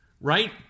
Right